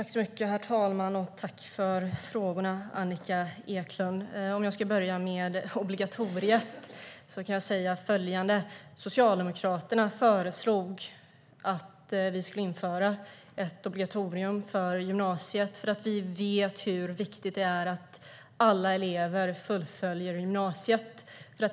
Herr talman! Jag tackar Annika Eclund för frågorna. Låt mig börja med obligatoriet. Socialdemokraterna föreslog att obligatoriskt gymnasium skulle införas eftersom vi vet hur viktigt det är att alla elever fullföljer gymnasiet.